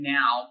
now